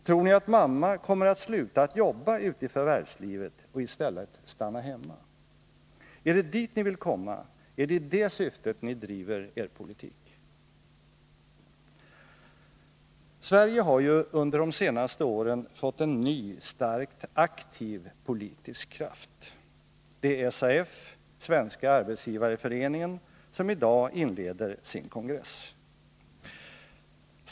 Tror ni att mamma kommer att sluta att jobba ute i förvärvslivet och i stället stanna hemma? Är det dit ni vill komma, är det i det syftet ni driver er politik? Sverige har ju under de senaste åren fått en ny starkt aktiv politisk kraft. Det är SAF, Svenska arbetsgivareföreningen, som i dag inleder sin kongress.